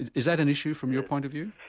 and is that an issue from your point of view?